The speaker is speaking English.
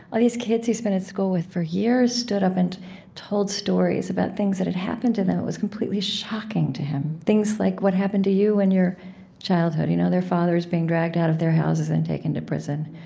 all these kids he's been at school with for years stood up and told stories about things that had happened to them. it was completely shocking to him, things like what happened to you in your childhood you know their fathers being dragged out of their houses and taken to prison.